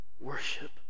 worship